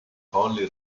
colli